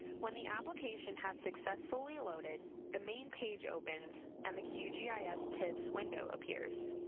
when the application has successfully loaded, the main page opens, and the qgis tips! window appears.